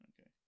Okay